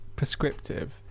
Prescriptive